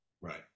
Right